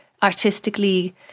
artistically